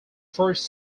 first